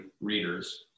readers